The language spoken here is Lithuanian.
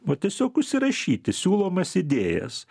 va tiesiog užsirašyti siūlomas idėjas